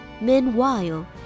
Meanwhile